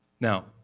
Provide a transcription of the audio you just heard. Now